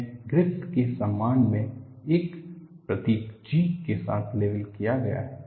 यह ग्रिफ़िथ के सम्मान में एक प्रतीक G के साथ लेबल किया गया है